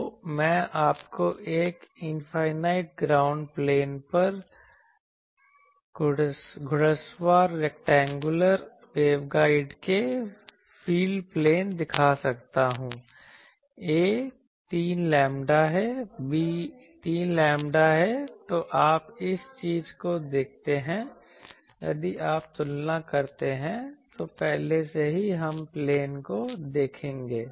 तो मैं आपको एक इनफाइनाइट ग्राउंड प्लेन पर घुड़सवार रैक्टेंगुलर वेवगाइड के फील्डपैटर्न दिखा सकता हूं 'a' 3 लैम्ब्डा है 'b 3 लैम्ब्डा है तो आप इस चीज को देखते हैं यदि आप तुलना करते हैं तो पहले से ही हम प्लेन को देखेंगे